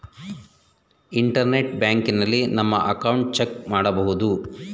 internet ಬ್ಯಾಂಕಿನಲ್ಲಿ ನಮ್ಮ account check ಮಾಡಬಹುದು